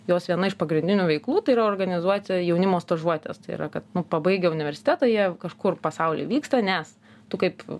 jos viena iš pagrindinių veiklų tai yra organizuoti jaunimo stažuotes tai yra kad pabaigę universitetą jie kažkur pasauly vyksta nes tu kaip